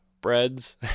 breads